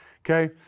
okay